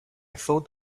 thought